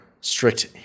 strict